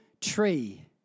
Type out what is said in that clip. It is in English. tree